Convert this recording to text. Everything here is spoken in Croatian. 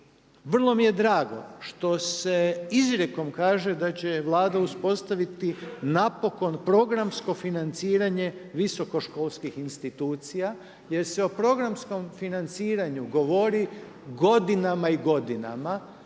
vrlo mi je drago što se izrijekom kaže da će Vlada uspostaviti napokon programsko financiranje visokoškolskih institucija jer se o programskom financiranju govori godinama i godinama.